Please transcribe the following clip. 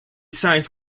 signs